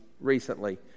Recently